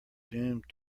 doomed